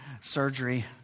surgery